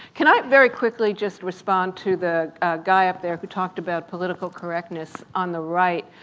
can i very quickly just respond to the guy up there who talked about political correctness on the right.